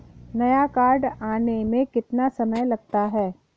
नया कार्ड आने में कितना समय लगता है?